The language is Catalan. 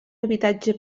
habitatge